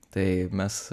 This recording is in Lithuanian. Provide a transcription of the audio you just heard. tai mes